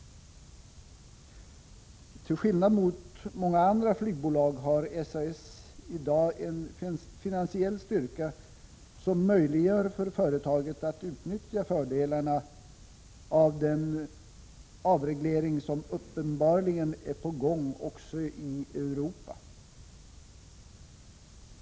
Till skillnad från många andra flygbolag har SAS i dag en finansiell styrka, som möjliggör för företaget att utnyttja fördelarna av den avreglering som uppenbarligen är på gång också i Europa.